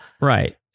right